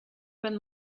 been